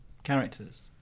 characters